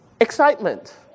excitement